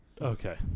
Okay